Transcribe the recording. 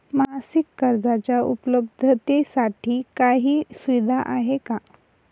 मासिक कर्जाच्या उपलब्धतेसाठी काही सुविधा आहे का?